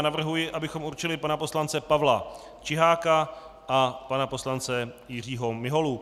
Navrhuji, abychom určili pana poslance Pavla Čiháka a pana poslance Jiřího Miholu.